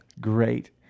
Great